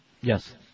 Yes